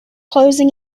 closing